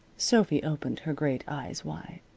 sophy opened her great eyes wide.